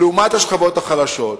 לעומת השכבות החלשות.